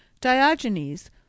Diogenes